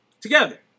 Together